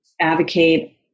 advocate